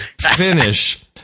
Finish